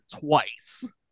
twice